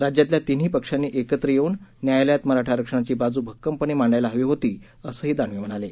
राज्यातल्या तिन्ही पक्षांनी एकत्र येऊन न्यायालयात मराठा आरक्षणाची बाज् भक्कमपणे मांडायला हवी होती असंही दानवे म्हणाले